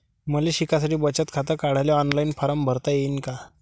मले शिकासाठी बचत खात काढाले ऑनलाईन फारम भरता येईन का?